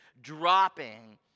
dropping